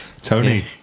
Tony